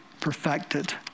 perfected